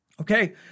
Okay